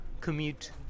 commute